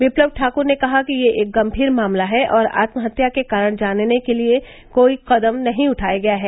विप्लव ठाकूर ने कहा कि यह एक गंभीर मामला है और आत्महत्या के कारण जानने के लिए कोई कदम नहीं उठाया गया है